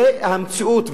זו המציאות.